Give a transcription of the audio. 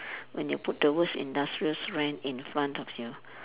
when you put the words industrial strength in front of you